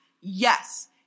yes